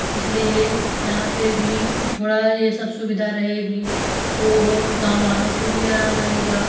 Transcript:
इसलिए यहाँ पर भी थोड़ा ये सब सुविधा रहेगी तो वो गाँव वालों को भी आराम रहेगा